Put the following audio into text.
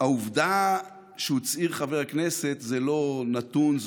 והעובדה שהוא צעיר חברי הכנסת זה לא נתון,